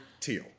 teal